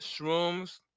Shroom's